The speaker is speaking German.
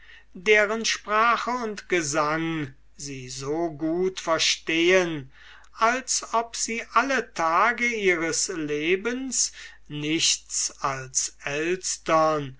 deren sprache und gesang sie so gut verstehen als ob sie alle tage ihres lebens nichts als elstern